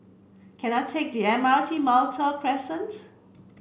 can I take the M R T Malta Crescent